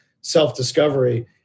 self-discovery